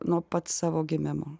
nuo pat savo gimimo